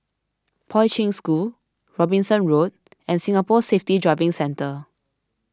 Poi Ching School Robinson Road and Singapore Safety Driving Centre